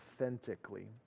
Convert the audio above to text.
authentically